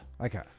Okay